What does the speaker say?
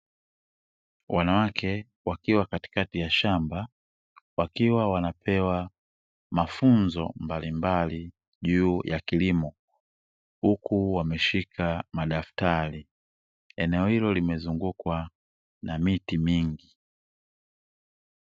Wanawake wakiwa katikati ya shamba wakiwa wanapewa mafunzo mbalimbali juu ya kilimo, huku wameshika madaftari eneo hilo limezungukwa na miti mingi.